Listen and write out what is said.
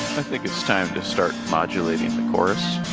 i think it's time to start modulating the chorus